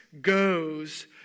goes